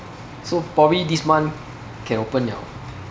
so probably this month can open liao